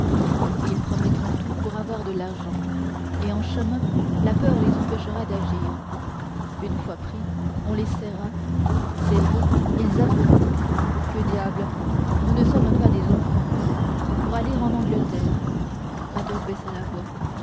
ils promettront tout pour avoir de l'argent et en chemin la peur les empêchera d'agir une fois pris on les serrera serrés ils avoueront que diable nous ne sommes pas des enfants pour aller en angleterre athos baissa la voix